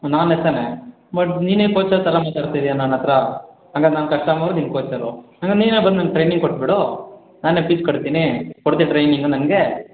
ಹಾಂ ನಾನೆ ತಾನೇ ಬಟ್ ನೀನೆ ಕೋಚರ್ ಥರ ಎಲ್ಲ ಮಾತನಾಡ್ತಾಯಿದ್ದೀಯ ನನ್ನ ಹತ್ತಿರ ಹಾಗಾದ್ರೆ ನಾನು ಕಸ್ಟಮರು ನೀನು ಕೋಚರು ಹಾಗಾದ್ರೆ ನೀನೆ ಬಂದು ನನಗೆ ಟ್ರೈನಿಂಗ್ ಕೊಟ್ಬಿಡು ನಾನೇ ಫೀಸ್ ಕಟ್ತೀನಿ ಕೊಡ್ತೀಯ ಟ್ರೈನಿಂಗು ನನಗೆ